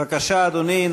בבקשה, אדוני.